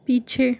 पीछे